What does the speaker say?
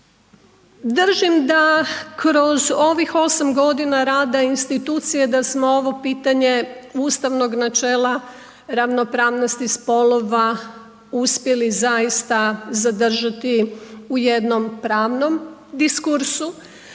Držim da kroz ovih 8 godina rada institucije da smo ovo pitanje ustavnog načela ravnopravnosti spolova uspjeli zaista zadržati u jednom pravnom diskursu